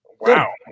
Wow